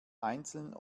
einzeln